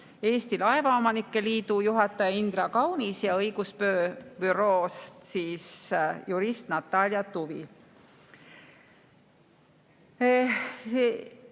Eesti Laevaomanike Liidu juhataja Indra Kaunis ja õigusbüroost jurist Natalja Tuvi.